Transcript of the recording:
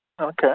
Okay